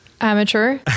Amateur